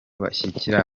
bashyira